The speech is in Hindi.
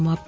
समाप्त